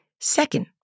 Second